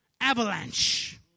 avalanche